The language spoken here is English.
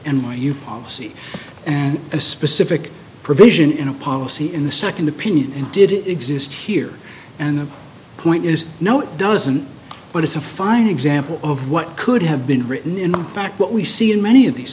you policy and a specific provision in a policy in the second opinion and did it exist here and the point is no it doesn't but it's a fine example of what could have been written in fact what we see in many of these